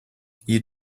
you